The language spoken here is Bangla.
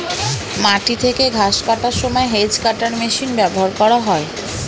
মাটি থেকে ঘাস কাটার সময় হেজ্ কাটার মেশিন ব্যবহার করা হয়